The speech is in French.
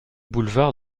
boulevard